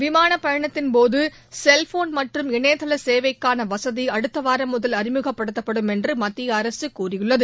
விமானப் பயணத்தின்போது செல்போன் மற்றும் இணையதள சேவைக்காள வசதி அடுத்த வாரம் முதல் அறிமுகப்படுத்தப்படும் என்று மத்திய அரசு கூறியுள்ளது